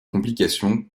complications